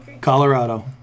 Colorado